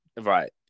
Right